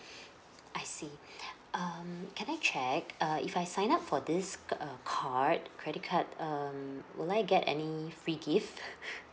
I see um can I check uh if I sign up for this uh card credit card um will I get any free gift